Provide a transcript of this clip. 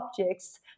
objects